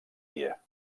dia